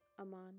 Aman